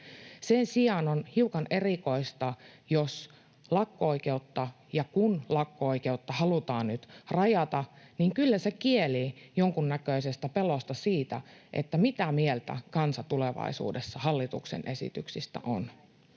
Sen sijaan on hiukan erikoista, jos — ja kun — lakko-oikeutta halutaan nyt rajata. Kyllä se kielii jonkunnäköisestä pelosta, että mitä mieltä kansa tulevaisuudessa hallituksen esityksistä on.